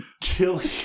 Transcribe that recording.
killing